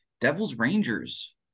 Devils-Rangers